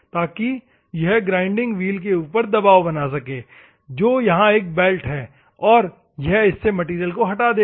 ताकि यह grinding wheel के ऊपर दबाव बना सके जो यहां एक बेल्ट है और यह इससे मैटेरियल को हटा देगा